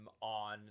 on